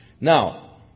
Now